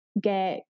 get